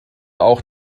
auch